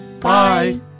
Bye